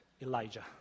Elijah